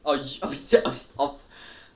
oh oh